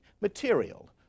material